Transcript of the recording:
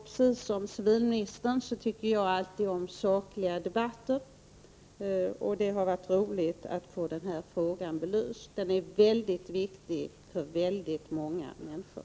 Precis som civilministern tycker jag om sakliga debatter, och det har varit tillfredsställande att få den nu debatterade frågan belyst. Frågeställningarna är mycket viktiga för många människor.